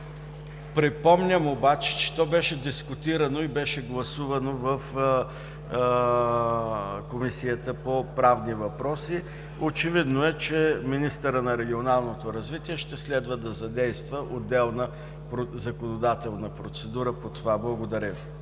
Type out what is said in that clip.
Припомням обаче, че то беше дискутирано и беше гласувано в Комисията по правни въпроси. Очевидно е, че министърът на регионалното развитие ще следва да задейства отделна законодателна процедура по това. Благодаря